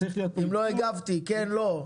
אם לא הגבתי כן או לא?